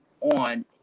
on